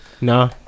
Nah